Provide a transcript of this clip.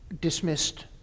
dismissed